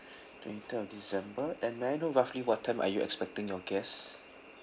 twenty third of december and may I know roughly what time are you expecting your guests